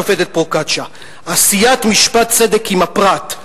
השופטת פרוקצ'יה: "עשיית משפט צדק עם הפרט,